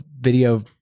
video